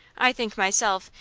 i think, myself,